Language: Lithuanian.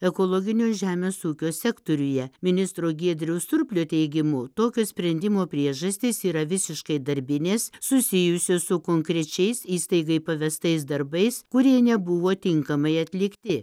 ekologinio žemės ūkio sektoriuje ministro giedriaus surplio teigimu tokio sprendimo priežastys yra visiškai darbinės susijusios su konkrečiais įstaigai pavestais darbais kurie nebuvo tinkamai atlikti